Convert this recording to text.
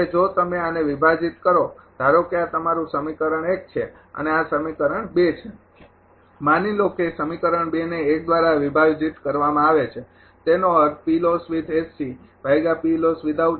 હવે જો તમે આને વિભાજીત કરો ધારો કે આ તમારું સમીકરણ છે અને આ સમીકરણ છે માની લો કે સમીકરણ ૨ ને ૧ દ્વારા વિભાજિત કરવામાં આવે તેનો અર્થ